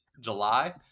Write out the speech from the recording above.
July